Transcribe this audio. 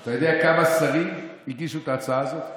אתה יודע כמה שרים הגישו את ההצעה הזאת?